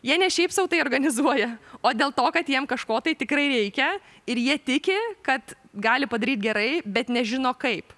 jie ne šiaip sau tai organizuoja o dėl to kad jiems kažko tai tikrai reikia ir jie tiki kad gali padaryti gerai bet nežino kaip